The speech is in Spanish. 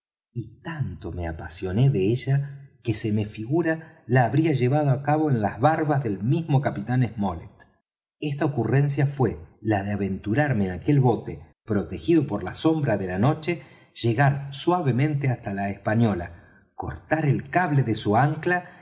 y tanto me apasioné de ella que se me figura la habría llevado á cabo en las barbas del mismo capitán smollet esta ocurrencia fué la de aventurarme en aquel bote protegido por la sombra de la noche llegar suavemente hasta la española cortar el cable de su ancla